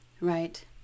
right